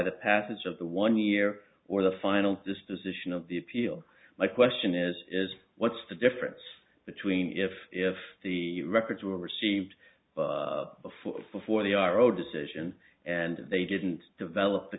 the passage of the one year or the final disposition of the appeal my question is what's the difference between if if the records were received before before the r o decision and they didn't develop the